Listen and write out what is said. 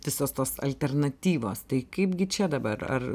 visos tos alternatyvos tai kaipgi čia dabar ar